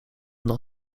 nog